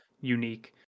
unique